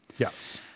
Yes